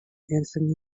anthony